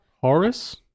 Horus